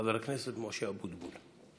חבר הכנסת משה אבוטבול.